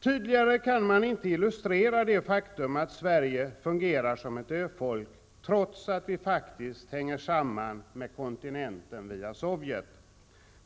Tydligare kan man inte illustrera det faktum att svenskarna fungerar som ett ö-folk, trots att Sverige faktiskt hänger samman med kontinenten via Sovjet.